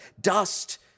dust